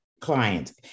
clients